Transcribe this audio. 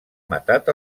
matat